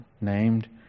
named